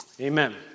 Amen